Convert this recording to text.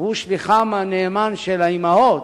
והוא שליחן הנאמן של האמהות,